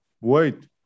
Wait